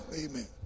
Amen